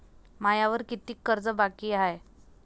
मायावर कितीक कर्ज बाकी हाय?